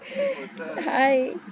hi